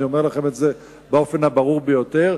אני אומר לכם את זה באופן הברור ביותר.